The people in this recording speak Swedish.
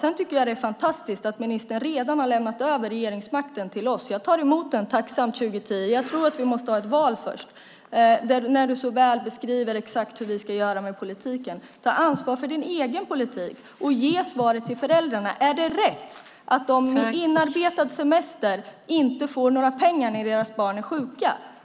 Det är fantastiskt att ministern redan har lämnat över regeringsmakten till oss. Jag tar tacksamt emot den 2010, men jag tror att vi måste ha ett val först. Ministern beskriver exakt vad vi ska göra med politiken. Ta ansvar för din egen politik och ge svar till föräldrarna. Är det rätt att de med inarbetad semester inte får några pengar när deras barn är sjuka?